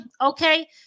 okay